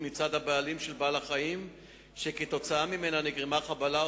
מצד הבעלים של בעלי-החיים שכתוצאה מהן נגרמה חבלה,